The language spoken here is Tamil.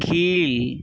கீழ்